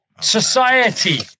Society